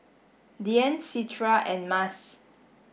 Dian Citra and Mas